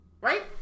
right